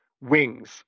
wings